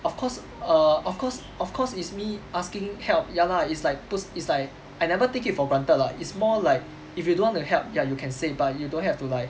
of course err of course of course it's me asking help ya lah it's like 不是 it's like I never take it for granted lah it's more like if you don't want to help ya you can say but you don't have to like